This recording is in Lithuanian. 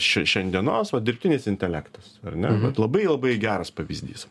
šia šiandienos va dirbtinis intelektas ar ne vat labai labai geras pavyzdys